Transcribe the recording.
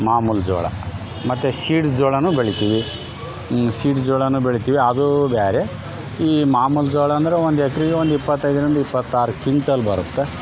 ಮಾಮುಲಿ ಜೋಳ ಮತ್ತು ಸೀಡ್ಸ್ ಜೋಳ ಬೆಳಿತೀವಿ ಸೀಡ್ಸ್ ಜೋಳ ಬೆಳೆತೀವಿ ಅದು ಬೇರೆ ಈ ಮಾಮುಲಿ ಜೋಳ ಅಂದ್ರೆ ಒಂದು ಎಕ್ರಿಗೆ ಒಂದು ಇಪ್ಪತೈದರಿಂದ ಇಪ್ಪತ್ತಾರು ಕಿಂಟಾಲ್ ಬರುತ್ತೆ